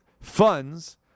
funds